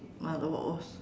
uh what what's